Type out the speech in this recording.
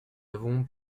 avons